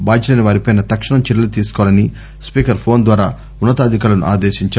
బాధ్యులైన వారిపై తక్షణం చర్యలు తీసుకోవాలని స్పీకర్ ఫోన్ ద్వారా ఉ న్నతాధికారులను ఆదేశించారు